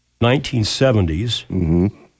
1970s